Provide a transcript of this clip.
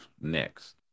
next